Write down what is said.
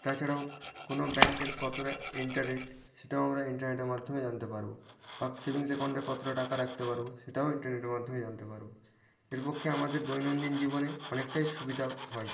তাছাড়াও কোনো ব্যাংকের কতোটা ইন্টারেস্ট সেটাও আমরা ইন্টারনেটের মাধ্যমে জানতে পারবো বা সেভিংস অ্যাকাউন্টে কতোটা টাকা রাখতে পারবো সেটাও ইন্টারনেটের মাধ্যমে জানতে পারবো এর পক্ষে আমাদের দৈনন্দিন জীবনে অনেকটাই সুবিধা হয়